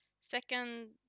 Second